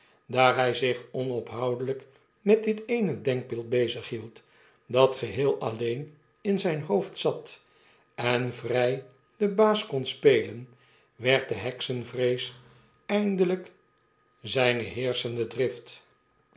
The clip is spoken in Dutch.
daar htj zich onophoudeljjk met dit eene denkbeeld bezighield dat geheel alleen in ztjn hoofd zat en vry den baas kon spelen werd de heksenvrees eindelijk zpe heerschende